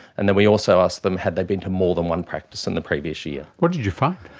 and then we also asked them had they been to more than one practice in the previous year. what did you find?